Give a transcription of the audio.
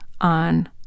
on